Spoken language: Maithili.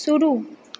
शुरू